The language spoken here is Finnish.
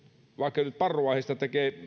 vaikka parruaiheesta